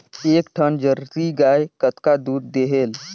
एक ठन जरसी गाय कतका दूध देहेल?